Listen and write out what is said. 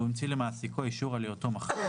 והוא המציא למעסיקו אישור על היותו מחלים.